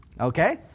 Okay